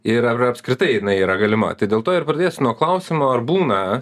ir ar apskritai jinai yra galima tai dėl to ir pradėsiu nuo klausimo ar būna